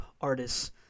artists